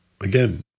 Again